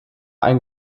ein